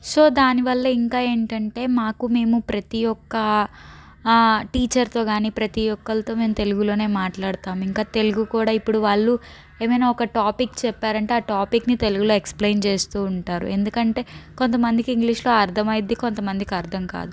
so దాని వల్ల ఇంకా ఏంటంటే మాకు మేము ప్రతీ ఒక టీచర్తో గాని ప్రతీ ఒకరితో మేము తెలుగులోనే మాట్లాడతాము ఇంకా తెలుగు కూడా ఇప్పుడు వాళ్ళు ఏమైనా ఒక టాపిక్ చెప్పారంటే ఆ టాపిక్ని తెలుగులో ఎక్స్ప్లేయిన్ చేస్తూ ఉంటారు ఎందుకంటే కొంత మందికి ఇంగ్లీష్లో అర్థమయింది కొంత మందికి అర్థం కాదు